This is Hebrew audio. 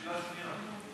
שאלה שנייה.